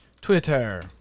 Twitter